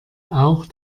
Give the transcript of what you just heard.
auch